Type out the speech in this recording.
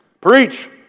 preach